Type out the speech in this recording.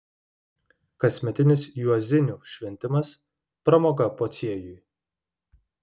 kasmetinis juozinių šventimas pramoga pociejui